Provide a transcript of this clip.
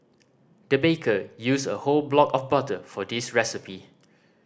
the baker used a whole block of butter for this recipe